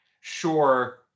sure